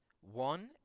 one